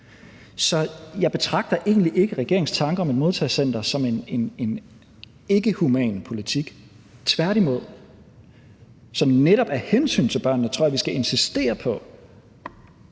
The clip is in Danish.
Så jeg betragter egentlig ikke regeringens tanker om et modtagecenter som en ikkehuman politik – tværtimod. Netop af hensyn til børnene tror jeg, at vi skal insistere på,